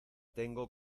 tengo